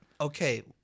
okay